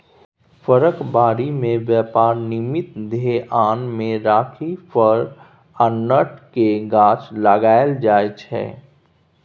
फरक बारी मे बेपार निमित्त धेआन मे राखि फर आ नट केर गाछ लगाएल जाइ छै